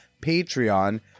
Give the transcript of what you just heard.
Patreon